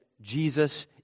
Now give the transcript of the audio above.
Jesus